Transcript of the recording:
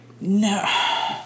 No